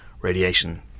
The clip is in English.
radiation